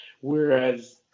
whereas